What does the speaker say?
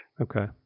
Okay